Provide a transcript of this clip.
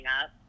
up